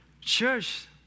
Church